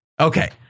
Okay